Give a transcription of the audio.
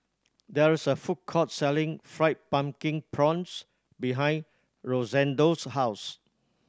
there is a food court selling Fried Pumpkin Prawns behind Rosendo's house